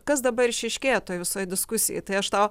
kas dabar išryškėja toj visoj diskusijoj tai aš tau